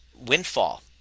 windfall